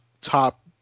top